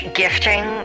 gifting